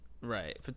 right